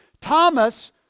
Thomas